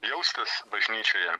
jaustis bažnyčioje